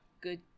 Good